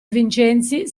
vincenzi